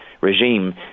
regime